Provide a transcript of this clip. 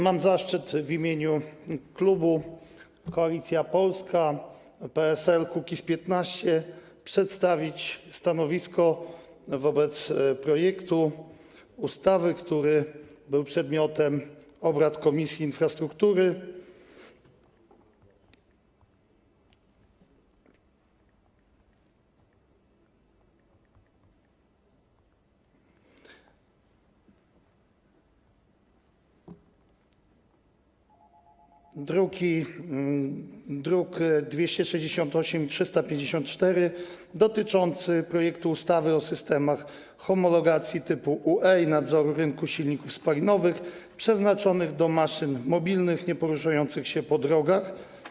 Mam zaszczyt w imieniu klubu Koalicja Polska - PSL - Kukiz15 przedstawić stanowisko wobec projektu ustawy, który był przedmiotem obrad Komisji Infrastruktury, druki nr 268 i 354, projektu ustawy o systemach homologacji typu UE i nadzoru rynku silników spalinowych przeznaczonych do maszyn mobilnych nieporuszających się po drogach.